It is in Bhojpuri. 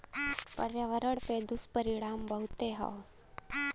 पर्यावरण पे दुष्परिणाम बहुते हौ